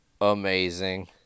Amazing